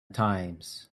times